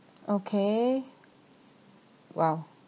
okay well